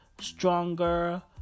stronger